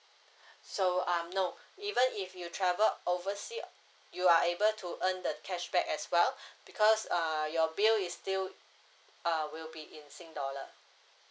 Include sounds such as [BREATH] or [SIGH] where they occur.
[BREATH] so um no even if you travel oversea you are able to earn the cashback as well [BREATH] because uh your bill is still uh will be in sing dollar